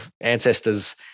ancestors